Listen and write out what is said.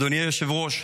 אדוני היושב-ראש,